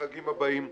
לחגים הבאים.